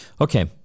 Okay